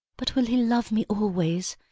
but will he love me always,